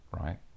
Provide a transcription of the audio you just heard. right